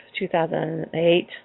2008